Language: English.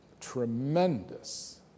tremendous